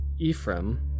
Ephraim